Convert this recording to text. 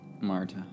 Marta